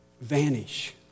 vanish